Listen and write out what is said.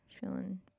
Feeling